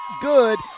good